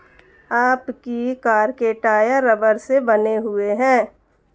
आपकी कार के टायर रबड़ से बने हुए हैं